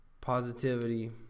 Positivity